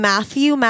Matthew